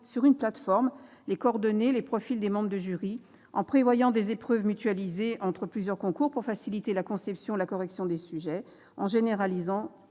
sur une plateforme les coordonnées et les profils des membres de jury, en prévoyant des épreuves mutualisées entre plusieurs concours pour faciliter la conception et la correction des sujets et en généralisant